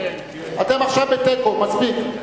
אתם עכשיו בתיקו, מספיק.